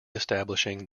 establishing